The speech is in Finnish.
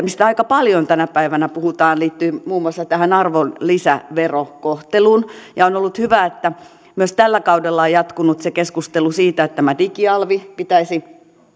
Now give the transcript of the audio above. mistä aika paljon tänä päivänä puhutaan liittyy muun muassa tähän arvonlisäverokohteluun on ollut hyvä että myös tällä kaudella on jatkunut se keskustelu siitä että tämä digialvi pitäisi